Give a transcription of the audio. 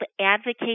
advocate